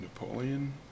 Napoleon